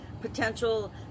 potential